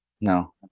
No